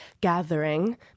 gathering